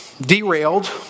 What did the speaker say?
Derailed